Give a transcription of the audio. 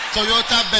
Toyota